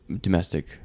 domestic